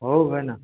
ହଉ ଭାଇନା